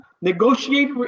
negotiate